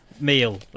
meal